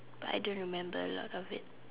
but I don't remember a lot of it